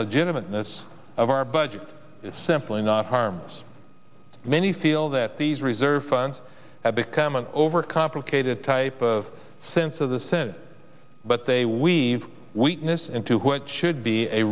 legitimate ness of our budget is simply not harms many feel that these reserve funds have become an over complicated type of sense of the senate but they weave weakness into what should be a